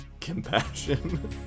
compassion